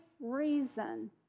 reason